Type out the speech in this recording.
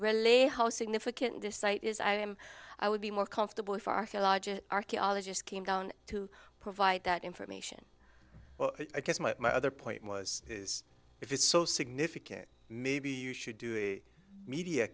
how significant this site is i'm i would be more comfortable if archaeological archaeologist came down to provide that information well i guess my other point was if it's so significant maybe you should do a media